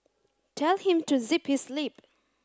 tell him to zip his lip